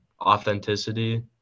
authenticity